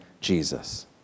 Jesus